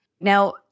Now